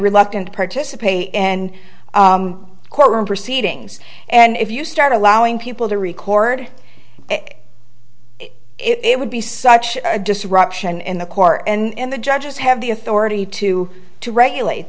reluctant to participate and courtroom proceedings and if you start allowing people to record it would be such a disruption in the corps and the judges have the authority to regulate